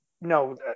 no